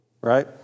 right